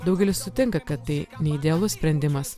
daugelis sutinka kad tai neidealus sprendimas